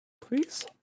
Please